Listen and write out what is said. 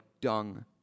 dung